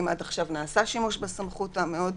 צריך גם לבדוק האם עד עכשיו נעשה שימוש בסמכות המאוד